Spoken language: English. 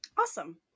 Awesome